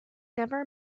never